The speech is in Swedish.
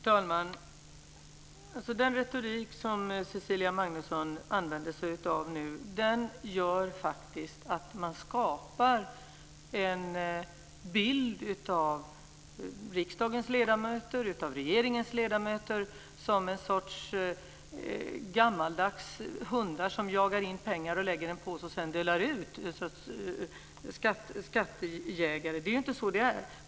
Fru talman! Den retorik som Cecilia Magnusson använde sig av nu skapar faktiskt en bild av riksdagens ledamöter och regeringens ledamöter som en sorts gammaldags skattejägare som jagar in pengar, lägger dem i en påse och sedan delar ut dem. Det är inte så det är.